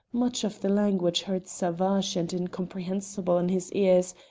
much of the language heard savage and incomprehensible in his ears,